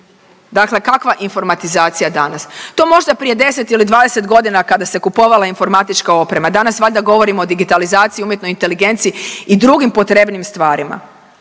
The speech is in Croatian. dakle kakva informatizacija danas? To možda prije 10 ili 20 godina kada se kupovala informatička oprema, danas valjda govorimo o digitalizaciji i umjetnoj inteligenciji i drugim potrebnijim stvarima.